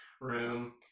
room